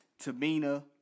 Tamina